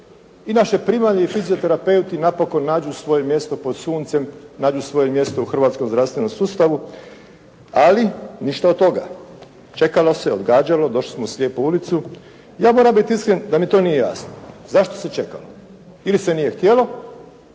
i naše primalje i fizioterapeuti napokon nađu svoje mjesto pod suncem, nađu svoje mjesto u hrvatskom zdravstvenom sustavu, ali ništa od toga, čekalo se, odgađalo, došli smo u slijepu ulicu. Ja moram biti iskren da mi to nije jasno, zašto se čekalo? Ili se nije htjelo